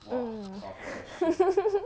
mm